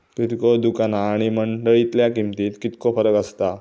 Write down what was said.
किरकोळ दुकाना आणि मंडळीतल्या किमतीत कितको फरक असता?